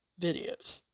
videos